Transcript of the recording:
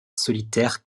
solitaire